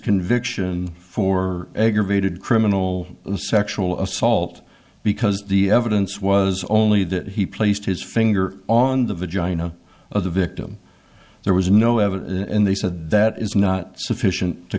conviction for aggravated criminal sexual assault because the evidence was only that he placed his finger on the vagina of the victim there was no evidence and they said that is not sufficient to